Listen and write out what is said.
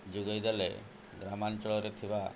ଯୋଗାଇ ଦେଲେ ଗ୍ରାମାଞ୍ଚଳରେ ଥିବା